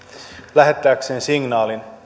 lähettääkseen signaalin